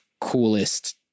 coolest